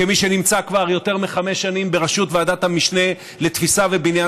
כמי שנמצא כבר יותר מחמש שנים בראשות ועדת המשנה לתפיסה ובניין